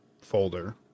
folder